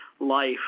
life